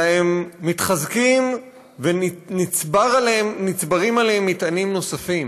אלא מתחזקים, ונצברים עליהם מטענים נוספים.